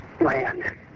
land